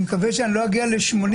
אני מקווה שאני לא אגיע בלי זה ל-80,